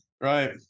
Right